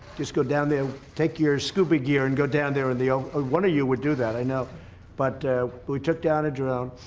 just go down there take your scuba gear and go down there in the oh one of you would do that i know but we took down a drone.